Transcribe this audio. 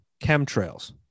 chemtrails